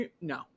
no